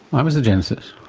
i was the genesis?